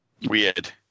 Weird